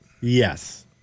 Yes